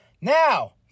Now